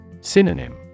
Synonym